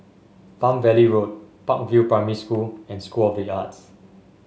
Palm Valley Road Park View Primary School and School of the Arts